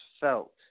felt